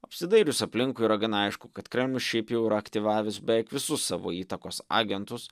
apsidairius aplinkui yra gana aišku kad kremlius šiaip jau ir aktyvavęs beveik visus savo įtakos agentus